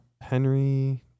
Henry